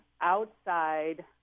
outside